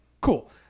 Cool